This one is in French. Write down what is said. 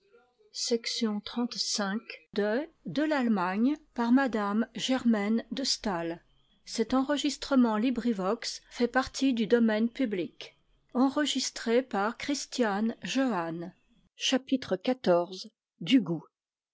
français par m de